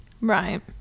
Right